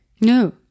No